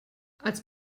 als